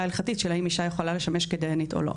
ההלכתית של האם אישה יכולה לשמש כדיינית או לא?